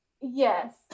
Yes